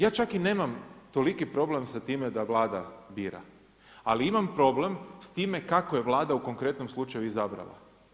Ja čak i nemam toliki problem sa time da Vlada bira, ali imam problem kako je Vlada u konkretnom slučaju izabrala.